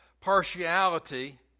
partiality